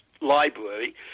library